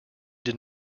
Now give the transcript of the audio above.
did